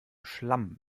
schlamm